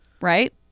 Right